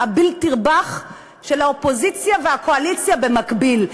"אהביל תרבח" של האופוזיציה והקואליציה במקביל.